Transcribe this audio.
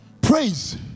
Praise